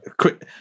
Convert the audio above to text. quick